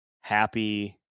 happy